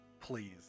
please